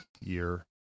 Year